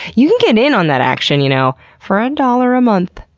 you can get in on that action, you know. for a dollar a month!